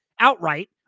outright